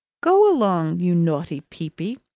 go along, you naughty peepy!